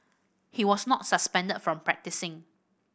he was not suspended from practising